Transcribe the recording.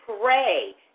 pray